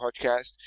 podcast